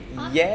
!huh!